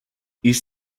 east